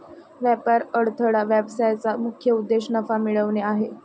व्यापार अडथळा व्यवसायाचा मुख्य उद्देश नफा मिळवणे आहे